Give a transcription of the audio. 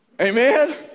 Amen